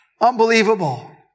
Unbelievable